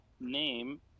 name